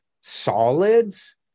solids